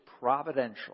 providential